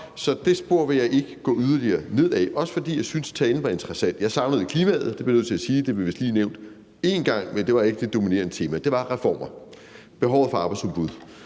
Så det spor vil jeg ikke gå yderligere ned ad, også fordi jeg synes, talen var interessant. Jeg savnede klimaet, det bliver jeg nødt til at sige. Det blev vist lige nævnt én gang, men det var ikke det dominerende tema. Det var reformer – behovet for arbejdsudbud,